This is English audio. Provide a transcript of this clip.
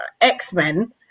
X-Men